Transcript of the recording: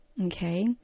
Okay